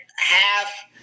half